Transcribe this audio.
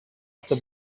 after